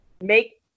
make